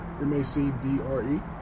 M-A-C-B-R-E